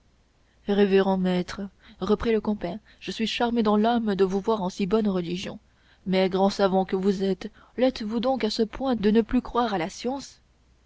révérend maître reprit le compère je suis charmé dans l'âme de vous voir en si bonne religion mais grand savant que vous êtes lêtes vous donc à ce point de ne plus croire à la science